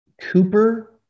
Cooper